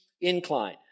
incline